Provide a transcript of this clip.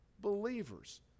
believers